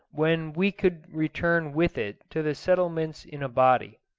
when we could return with it to the settlements in a body.